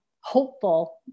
hopeful